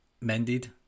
Mended